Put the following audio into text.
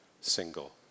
single